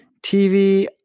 TV